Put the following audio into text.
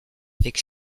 avec